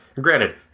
Granted